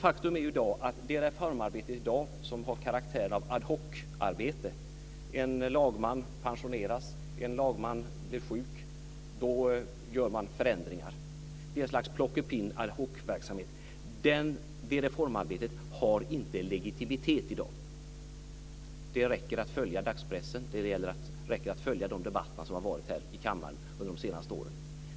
Faktum är att reformarbetet i dag har karaktären av ad hocarbete. En lagman pensioneras, en lagman blir sjuk - då gör man förändringar. Det är ett slags plockepinn och en ad hoc-verksamhet, och det reformarbetet har inte legitimitet i dag. Det räcker att följa dagspressen och det räcker att följa de debatter som har förts här i kammaren under de senaste åren för att se det.